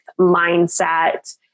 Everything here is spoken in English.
mindset